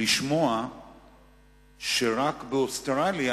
לשמוע שרק באוסטרליה,